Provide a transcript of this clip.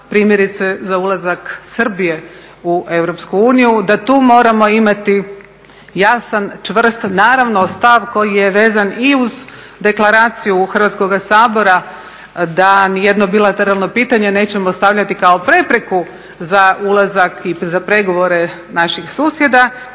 primjerice za ulazak Srbije u EU, da tu moramo imati jasan, čvrst stav koji je vezan i uz Deklaraciju Hrvatskoga sabora da nijedno bilateralno pitanje nećemo stavljati kao prepreku za ulazak i pregovore naših susjeda,